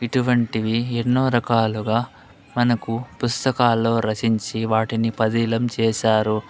ఇటువంటివి ఎన్నో రకాలుగా మనకు పుస్తకాల్లో రచించి వాటిని పదిలం చేశారు